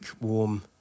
warm